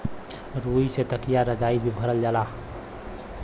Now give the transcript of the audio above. रुई से तकिया रजाई भी भरल जाला